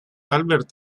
albert